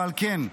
ועל כן,